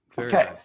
okay